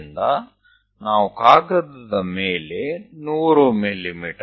ಆದ್ದರಿಂದ ನಾವು ಕಾಗದದ ಮೇಲೆ 100 ಮಿ